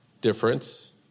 difference